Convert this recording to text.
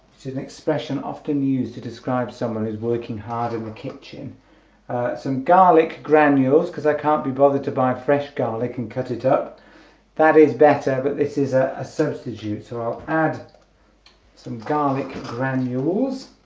it's an expression often used to describe someone who's working hard in the kitchen some garlic granules because i can't be bothered to buy fresh garlic and cut it up that is better but this is a substitute so i'll add some garlic granules